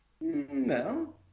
No